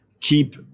keep